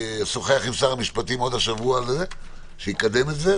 ואשוחח עם שר המשפטים עוד השבוע, שיקדם את זה.